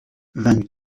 vingt